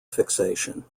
fixation